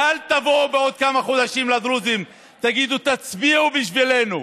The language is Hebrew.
ואל תבואו בעוד כמה חודשים לדרוזים ותגידו: תצביעו בשבילנו.